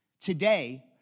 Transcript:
Today